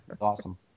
Awesome